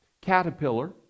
caterpillar